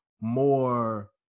more